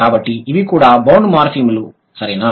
కాబట్టి ఇవి కూడా బౌండ్ మార్ఫిమ్లు సరేనా